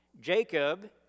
Jacob